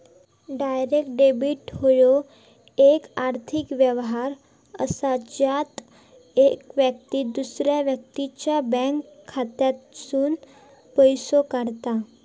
direct debit ह्यो येक आर्थिक व्यवहार असा ज्यात येक व्यक्ती दुसऱ्या व्यक्तीच्या बँक खात्यातसूनन पैसो काढता